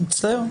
מצטער.